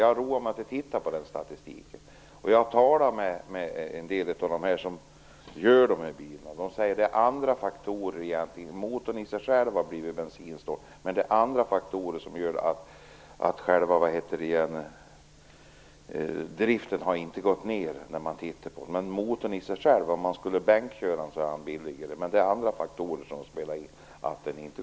Jag roar mig ibland med att titta på den statistiken. Jag har talat med en del av dem som gör de här bilarna. De säger att det är andra faktorer som spelar in egentligen. Motorn i sig själv har blivit bensinsnål, men andra faktorer gör att själva driften inte har gått ned. Skulle man bänkköra motorn så skulle den visa sig vara billigare i drift, men andra faktorer spelar alltså in.